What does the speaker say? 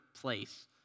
place